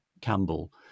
Campbell